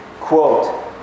Quote